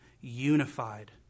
unified